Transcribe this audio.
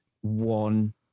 one